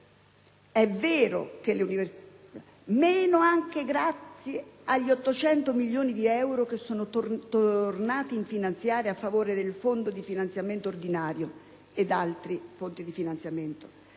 riconosce loro; meno anche grazie agli 800 milioni di euro che sono tornati in finanziaria a favore del Fondo di finanziamento ordinario e ad altre fonti di finanziamento.